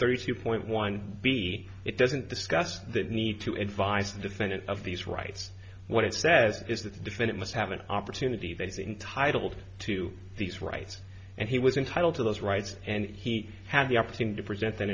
thirty two point one be it doesn't discuss the need to advise the defendant of these rights what it says is that the defendant must have an opportunity then to entitled to these rights and he was entitled to those rights and he had the opportunity to present tha